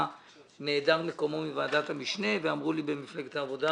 נעדר מקומו בוועדת המשנה ואמרו לי במפלגת העבודה